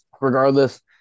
regardless